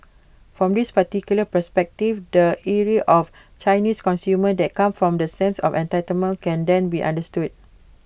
from this particular perspective the ire of Chinese consumers that come from the sense of entitlement can then be understood